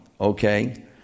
okay